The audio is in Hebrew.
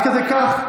עד כדי כך?